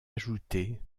ajoutée